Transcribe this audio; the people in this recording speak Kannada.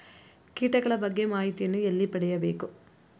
ಕೀಟಗಳ ಬಗ್ಗೆ ಮಾಹಿತಿಯನ್ನು ಎಲ್ಲಿ ಪಡೆಯಬೇಕು?